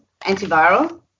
antiviral